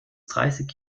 dreißig